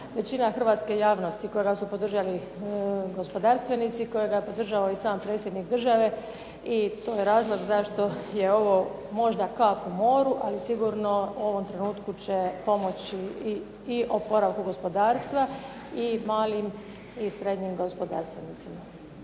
većina hrvatske javnosti, kojega su podržali gospodarstvenici, kojega je podržao i sam predsjednik države i to je razlog zašto je ovo možda kap u moru, ali sigurno u ovom trenutku će pomoći i oporavku gospodarstva i malim i srednjim gospodarstvenicima.